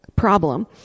problem